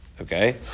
Okay